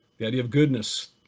the idea of goodness,